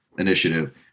initiative